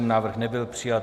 Návrh nebyl přijat.